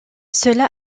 cela